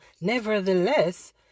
Nevertheless